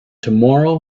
tomorrow